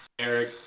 Eric